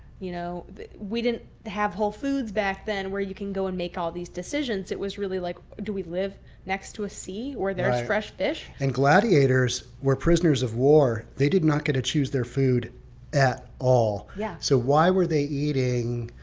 you know we didn't have whole foods back then where you can go and make all these decisions. it was really like, do we live next to a sea where there's fresh fish. and gladiators were prisoners of war. they did not get to choose their food at all. yeah so why were they eating